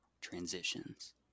transitions